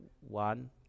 One